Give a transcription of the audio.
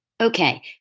Okay